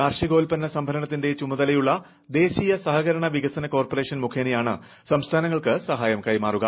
കാർഷികോൽപ്പന്ന സംഭരണത്തിന്റെ ചുമതലയുള്ള ദ്ദേശീയ സഹകരണ വികസന കോർപറേഷൻ മുഖേനയാണ് സംസ്ഥാനങ്ങൾക്ക് സഹായം കൈമാറുക